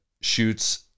shoots